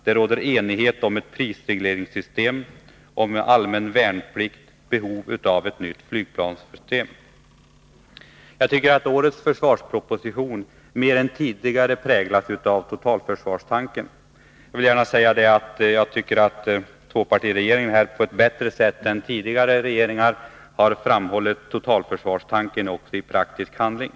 Det råder enighet om ett prisregleringssystem, om allmän värnplikt och om behovet av ett nytt flygplanssystem. Jag tycker att årets försvarsproposition mer än tidigare präglas av totalförsvarstanken. Jag vill gärna säga att jag tycker att tvåpartiregeringen på ett bättre sätt än tidigare regeringar har framhållit totalförsvarstanken också i praktisk handling.